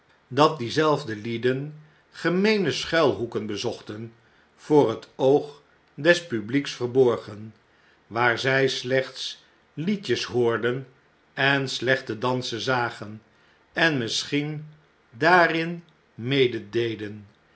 dat diezelfde lieden gemeene schuilhoeken bezochten voor het oog des publieks verborgen waar zij slechte liedjes hoorden en slechte dansen zagen en misschien daarin medededen